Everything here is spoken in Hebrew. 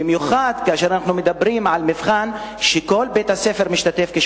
במיוחד כאשר אנחנו מדברים על מבחן שכל בית-הספר משתתף בו,